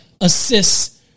assists